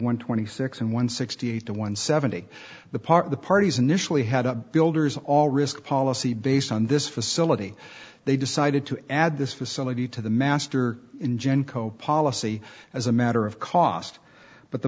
one twenty six and one sixty eight to one seventy the part of the parties initially had builders all risk policy based on this facility they decided to add this facility to the master in genco policy as a matter of cost but the